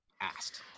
asked